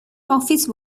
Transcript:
office